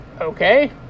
Okay